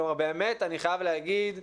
כלומר באמת אני חייב להגיד,